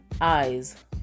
eyes